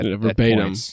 verbatim